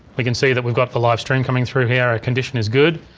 we can see that we got the livestream coming through here our condition is good,